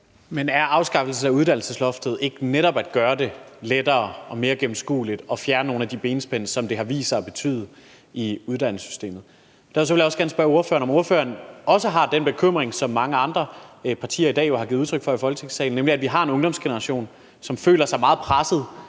(S): Men er afskaffelse af uddannelsesloftet ikke netop at gøre det lettere og mere gennemskueligt og at fjerne nogle af de benspænd, som det har vist sig at medføre i uddannelsessystemet? Derfor vil jeg selvfølgelig også gerne spørge ordføreren, om ordføreren også har den bekymring, som mange andre partier i dag har givet udtryk for i Folketingssalen, nemlig at vi har en ungdomsgeneration, som føler sig meget presset